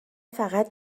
فقط